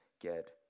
get